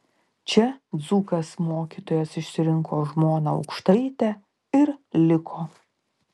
čia dzūkas mokytojas išsirinko žmoną aukštaitę ir liko